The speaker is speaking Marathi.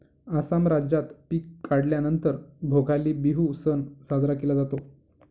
आसाम राज्यात पिक काढल्या नंतर भोगाली बिहू सण साजरा केला जातो